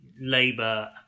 Labour